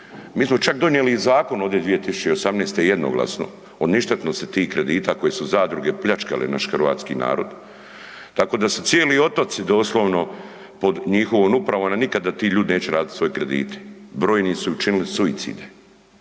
mi smo čak donijeli i zakon ovdje 2018. jednoglasno o ništetnosti tih kredita koje su zadruge pljačkale naš hrvatski naroda tako da se cijeli otoci pod njihovom upravom, a nikada ti ljudi neće vratiti svoje kredite. Brojni su učinili suicide